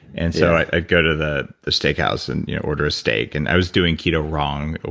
and so, i'd go to the the steakhouse and order a steak and i was doing keto wrong,